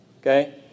Okay